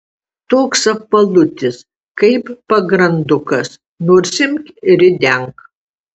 toks apvalutis kaip pagrandukas nors imk ir ridenk